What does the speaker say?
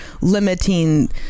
limiting